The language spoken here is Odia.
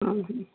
ଓଃ